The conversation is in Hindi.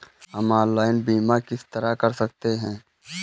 हम ऑनलाइन बीमा किस तरह कर सकते हैं?